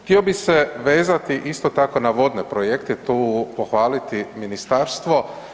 Htio bih se vezati isto tako na vodne projekte i tu pohvaliti ministarstvo.